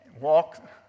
Walk